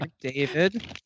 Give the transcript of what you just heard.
David